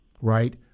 right